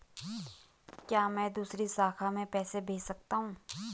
क्या मैं दूसरी शाखा में पैसे भेज सकता हूँ?